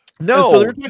No